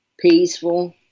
peaceful